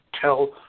tell